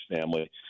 family